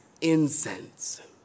incense